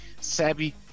savvy